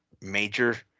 major